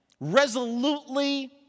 resolutely